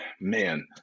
man